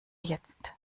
jetzt